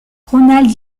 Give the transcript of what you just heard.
ronald